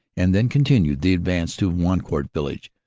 and then continued the advance to wancourt village,